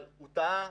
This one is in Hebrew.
אבל הוא טעה,